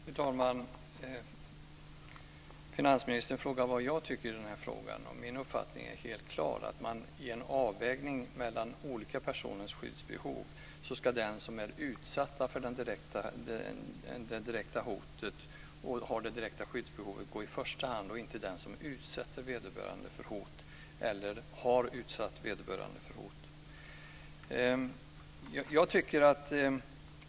Fru talman! Finansministern frågar vad jag tycker i den här frågan. Min uppfattning är helt klar. I en avvägning mellan olika personers skyddsbehov ska den som är utsatt för det direkta hotet och har det direkta skyddsbehovet gå i första hand och inte den som utsätter vederbörande för hot eller har utsatt vederbörande för hot.